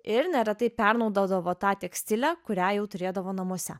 ir neretai pernaudodavo tą tekstilę kurią jau turėdavo namuose